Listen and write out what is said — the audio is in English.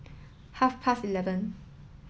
half past eleven